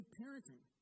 parenting